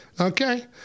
Okay